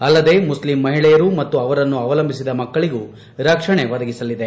ಅಲ್ಲದೇ ಮುಸ್ಲಿಂ ಮಹಿಳೆಯರು ಮತ್ತು ಅವರನ್ನು ಅವಲಂಬಿಸಿದ ಮಕ್ಕಳಿಗೂ ರಕ್ಷಣೆ ಒದಗಿಸಲಿದೆ